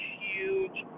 huge